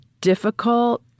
difficult